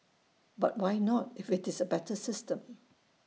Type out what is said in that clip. but why not if IT is A better system